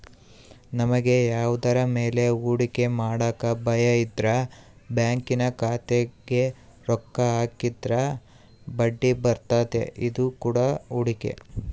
ನಮಗೆ ಯಾವುದರ ಮೇಲೆ ಹೂಡಿಕೆ ಮಾಡಕ ಭಯಯಿದ್ರ ಬ್ಯಾಂಕಿನ ಖಾತೆಗೆ ರೊಕ್ಕ ಹಾಕಿದ್ರ ಬಡ್ಡಿಬರ್ತತೆ, ಇದು ಕೂಡ ಹೂಡಿಕೆ